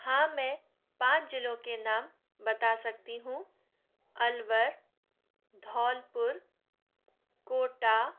हाँ मैं पाँच जिलों के नाम बता सकती हूँ अलवर धौलपुर कोटा